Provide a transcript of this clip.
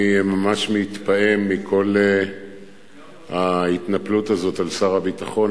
אני ממש מתפעם מכל ההתנפלות הזאת על שר הביטחון,